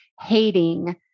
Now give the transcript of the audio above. hating